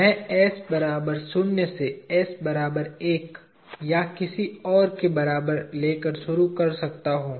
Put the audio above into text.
मैं s बराबर शून्य से s बराबर 1 या किसी और के बराबर लेकर शुरू कर सकता हूँ